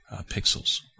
pixels